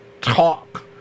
talk